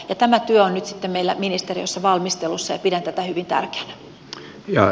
tämä työ on nyt meillä ministeriössä valmistelussa ja pidän tätä hyvin tärkeänä